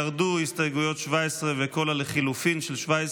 ירדה הסתייגות 17 וכל חלופותיה.